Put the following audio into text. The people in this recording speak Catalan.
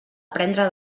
prendre